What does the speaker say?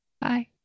Bye